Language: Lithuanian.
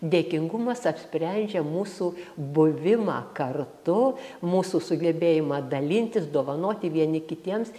dėkingumas apsprendžia mūsų buvimą kartu mūsų sugebėjimą dalintis dovanoti vieni kitiems